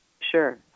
Sure